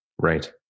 Right